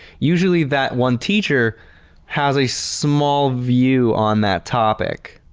usually that one teacher has a small view on that topic.